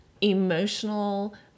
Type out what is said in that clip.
emotional